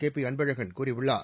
KP Anbazhagan கூறியுள்ளார்